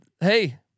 Hey